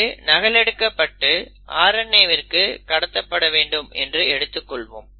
இது நகலெடுக்கப்பட்டு RNAவிற்கு கடத்தப்படவேண்டும் என்று எடுத்துக் கொள்வோம்